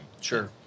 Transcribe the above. Sure